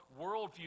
worldview